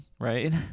right